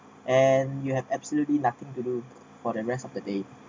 and you have absolutely nothing to do for the rest of the day